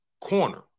corner